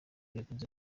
bikunze